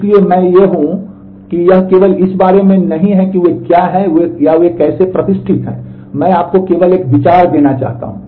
इसलिए मैं ये हूं कि यह केवल इस बारे में नहीं है कि वे क्या हैं या वे कैसे प्रतिष्ठित हैं मैं आपको केवल एक विचार देना चाहता हूं